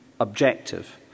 objective